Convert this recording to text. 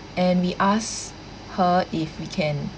and we asked her if we can